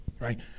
right